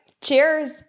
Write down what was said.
Cheers